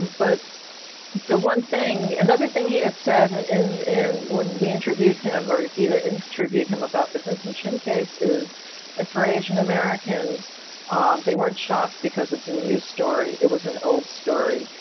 but the one thing, another thing he had said in in when we interviewed him or geeta interviewed him about the vincent chin case is that for asian americans they weren't shocked because it's a new story, it was an old story,